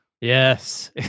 Yes